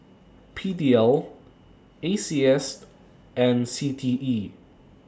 P D L A C S and C T E